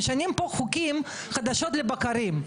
משנים פה חוקים חדשות לבקרים,